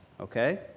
Okay